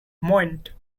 moaned